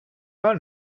var